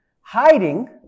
Hiding